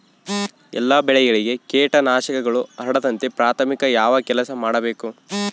ಎಲ್ಲ ಬೆಳೆಗಳಿಗೆ ಕೇಟನಾಶಕಗಳು ಹರಡದಂತೆ ಪ್ರಾಥಮಿಕ ಯಾವ ಕೆಲಸ ಮಾಡಬೇಕು?